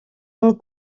pel